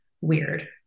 weird